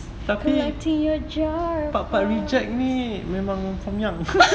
collecting your jar of hearts